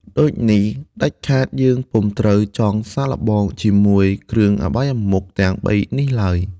ដូចនេះ ដាច់ខាតយើងពុំត្រូវចង់សាកល្បងជាមួយគ្រឿអបាយមុខទាំងបីនេះឡើយ ។